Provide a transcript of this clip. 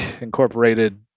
incorporated